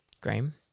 Graham